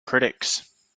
critics